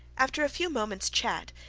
after a few moments' chat,